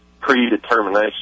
predetermination